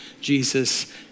Jesus